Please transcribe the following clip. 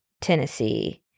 Tennessee